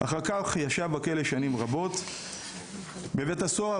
אחר כך הוא ישב בכלא שנים ובבית הסוהר